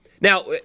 Now